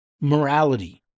morality